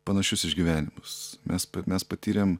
panašius išgyvenimus mes mes patyrėm